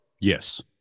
Yes